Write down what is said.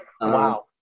Wow